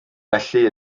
felly